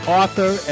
author